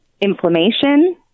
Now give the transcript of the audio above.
inflammation